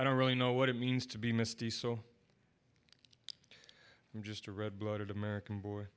i don't really know what it means to be misty so i'm just a red blooded american boy